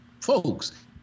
folks